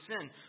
sin